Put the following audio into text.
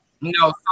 No